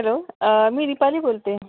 hello मी दिपाली बोलते